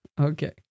Okay